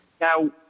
Now